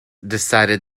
decided